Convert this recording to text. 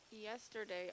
Yesterday